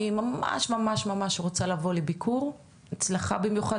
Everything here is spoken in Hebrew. אני ממש ממש ממש רוצה לבוא לביקור אצלך במיוחד,